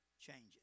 changes